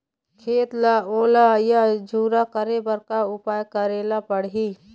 खेत ला ओल या झुरा करे बर का उपाय करेला पड़ही?